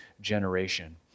generation